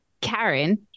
Karen